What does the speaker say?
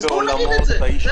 אז בואו נגיד את זה.